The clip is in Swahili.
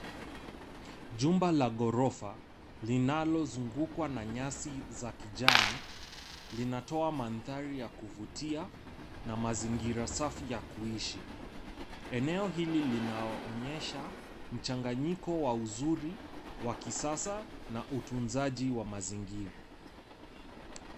Jumbaa ghorofa kinalozungukwa na nyasi za kijani linatoa mandhari ya kuvutia na mazingira safi ya kuishi. Eneo hili linaonyesha mchanganyiko wa uzuri wa kisasa na utunzaji wa mazingira.